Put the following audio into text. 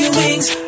wings